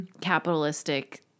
capitalistic